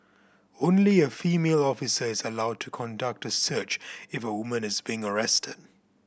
only a female officer is allowed to conduct a search if a woman is being arrested